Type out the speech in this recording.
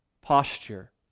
posture